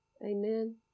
Amen